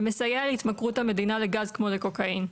ומסייע להתמכרות המדינה לגז כמו לקוקאין.